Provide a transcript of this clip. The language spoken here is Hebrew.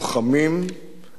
ברית של לוחמים,